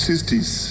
60s